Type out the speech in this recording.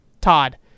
Todd